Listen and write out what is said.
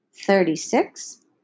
thirty-six